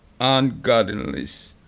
ungodliness